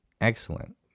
Excellent